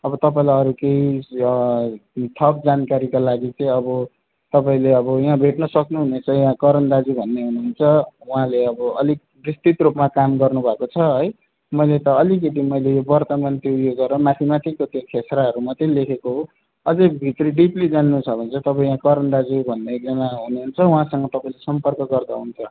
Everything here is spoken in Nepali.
अब तपाईँलाई अरू केि थप जानकारीका लागि चाहिँ अब तपाईँले अब यहाँ भेट्न सक्नु हुनेछ यहाँ करण दाजु भन्ने हुनु हुन्छ उहाँले अब अलिक विस्तृत रूपमा काम गर्नु भएको छ है मैले त अलिकति मैले वर्तमान त्यो गरेर माथि माथिको क्षेत्रहरू मात्र लेखेको हो अझ भित्री डिप्ली जानु छ भने चाहिँँ यहाँ करण दाजु भन्ने एकजना हुनु हुन्छ उहाँसँग तपाईँले सम्पर्क गर्दा हुन्छ